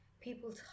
people